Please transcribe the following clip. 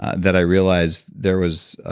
that i realized there was